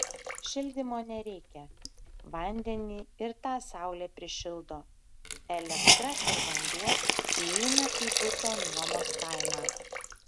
šildymo nereikia vandenį ir tą saulė prišildo elektra ir vanduo įeina į buto nuomos kainą